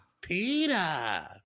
Peter